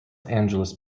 angeles